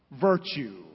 virtue